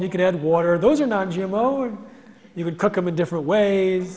you can add water those are not g m o or you would cook up a different way